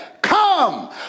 Come